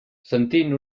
sentint